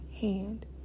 hand